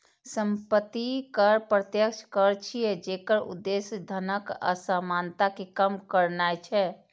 संपत्ति कर प्रत्यक्ष कर छियै, जेकर उद्देश्य धनक असमानता कें कम करनाय छै